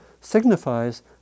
signifies